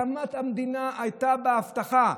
הקמת המדינה הייתה בהבטחה,